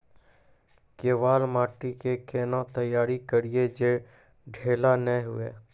केवाल माटी के कैना तैयारी करिए जे ढेला नैय हुए?